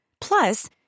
Plus